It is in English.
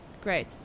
Great